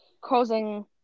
causing